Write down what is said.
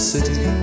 City